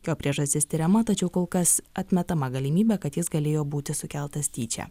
jo priežastis tiriama tačiau kol kas atmetama galimybė kad jis galėjo būti sukeltas tyčia